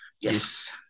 yes